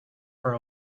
for